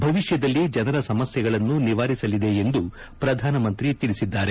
ಭವಿಷ್ಯದಲ್ಲಿ ಜನರ ಸಮಸ್ಯೆಗಳನ್ನು ನಿವಾರಿಸಲಿದೆ ಎಂದು ಪ್ರಧಾನಿ ತಿಳಿಸಿದ್ದಾರೆ